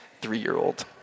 three-year-old